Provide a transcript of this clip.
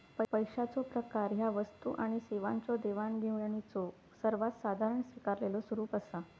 पैशाचो प्रकार ह्या वस्तू आणि सेवांच्यो देवाणघेवाणीचो सर्वात साधारण स्वीकारलेलो स्वरूप असा